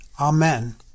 Amen